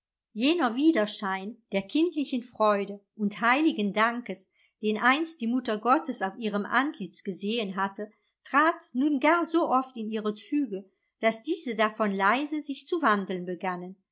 jener widerschein der kindlichen freude und heiligen dankes den einst die mutter gottes auf ihrem antlitz gesehen hatte trat nun gar so oft in ihre züge daß diese davon leise sich zu wandeln begannen